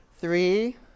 Three